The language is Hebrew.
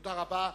תודה רבה.